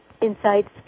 insights